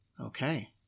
Okay